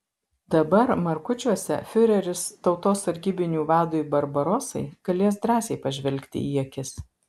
dabar markučiuose fiureris tautos sargybinių vadui barbarosai galės drąsiai pažvelgti į akis